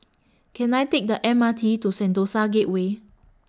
Can I Take The M R T to Sentosa Gateway